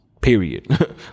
Period